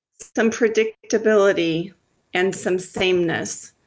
some predictability and some sameness.